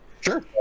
Sure